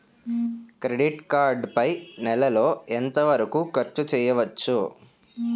Credit card పై నెల లో ఎంత వరకూ ఖర్చు చేయవచ్చు?